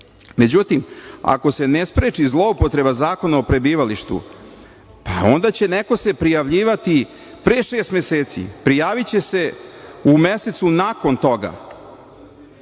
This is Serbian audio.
Međutim, ako se ne spreči zloupotreba Zakona o prebivalištu, onda će neko se prijavljivati pre šest meseci, prijaviće se u mesecu nakon toga,